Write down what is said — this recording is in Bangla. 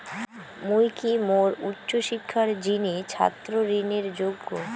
মুই কি মোর উচ্চ শিক্ষার জিনে ছাত্র ঋণের যোগ্য?